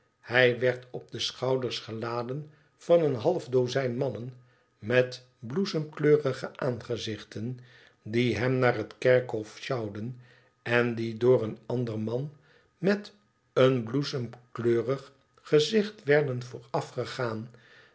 hij werd op de schouders geladen van een half dozijn mannen met bloesemkleurige aangezichten die hem naar het kerkhof sjouwden en die door een ander man met een bloesemkleurig gezicht werden